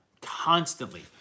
constantly